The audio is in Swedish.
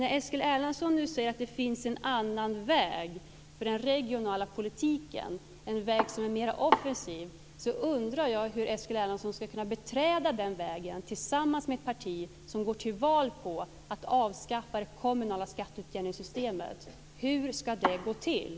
När Eskil Erlandsson nu säger att det finns en annan väg för den regionala politiken, en väg som är mera offensiv, undrar jag hur Eskil Erlandsson ska kunna beträda den vägen tillsammans med partier som går till val på att avskaffa det kommunala skatteutjämningssystemet. Hur ska det gå till?